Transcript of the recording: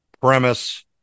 premise